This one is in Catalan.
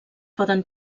poden